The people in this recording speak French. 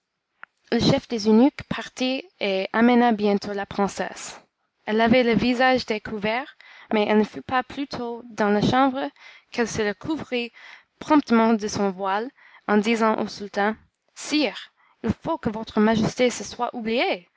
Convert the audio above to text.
le chef des eunuques partit et amena bientôt la princesse elle avait le visage découvert mais elle ne fut pas plus tôt dans la chambre qu'elle se le couvrit promptement de son voile en disant au sultan sire il faut que votre majesté se soit oubliée